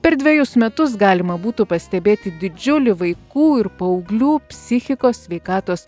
per dvejus metus galima būtų pastebėti didžiulį vaikų ir paauglių psichikos sveikatos